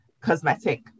cosmetic